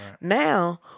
Now